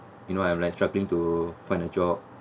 you know I'm like struggling to find a job